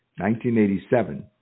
1987